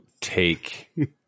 take